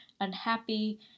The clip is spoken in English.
unhappy